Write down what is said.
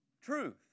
Truth